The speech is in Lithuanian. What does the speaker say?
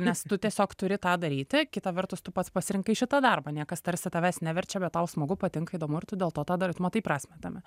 nes tu tiesiog turi tą daryti kita vertus tu pats pasirinkai šitą darbą niekas tarsi tavęs neverčia bet tau smagu patinka įdomu ir tu dėl to tą darai tu matai prasmę tame